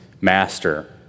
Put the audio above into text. master